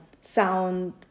sound